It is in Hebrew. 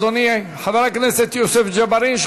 אדוני חבר הכנסת יוסף ג'בארין,